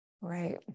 right